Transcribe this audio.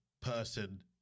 person